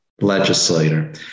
legislator